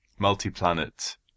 multi-planet